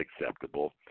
acceptable